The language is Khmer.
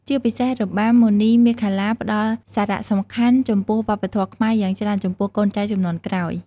ជាពិសេសរបាំមុនីមាឃលា ផ្តល់សារសំខាន់ចំពោះវប្បធម៌ខ្មែរយ៉ាងច្រើនចំពោះកូនចៅជំនាន់ក្រោយ។